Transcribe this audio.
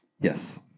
Yes